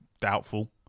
Doubtful